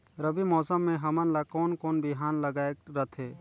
रबी मौसम मे हमन ला कोन कोन बिहान लगायेक रथे?